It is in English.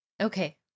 Okay